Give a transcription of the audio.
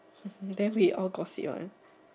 then we all gossip one